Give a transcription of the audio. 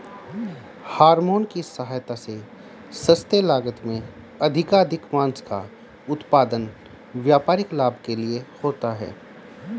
hormone की सहायता से सस्ते लागत में अधिकाधिक माँस का उत्पादन व्यापारिक लाभ के लिए होता है